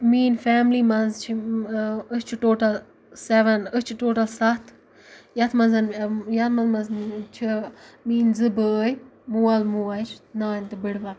میٛٲنۍ فیملی منٛز چھِ أسۍ چھِ ٹوٹَل سٮ۪وَن أسۍ چھِ ٹوٹَل سَتھ یَتھ منٛز یِمَن منٛز چھِ میٛٲنۍ زٕ بٲے مول موج نانۍ تہٕ بٔڈۍ بَب